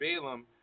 Balaam